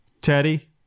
Teddy